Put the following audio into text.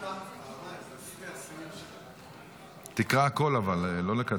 אבל תקרא הכול, אל תקצץ.